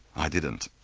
i didn't.